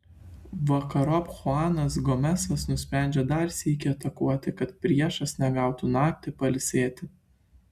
vakarop chuanas gomesas nusprendžia dar sykį atakuoti kad priešas negautų naktį pailsėti